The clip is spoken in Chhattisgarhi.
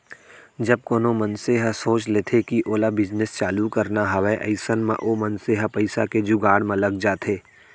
जब कोनो मनसे ह सोच लेथे कि ओला बिजनेस चालू करना हावय अइसन म ओ मनसे ह पइसा के जुगाड़ म लग जाथे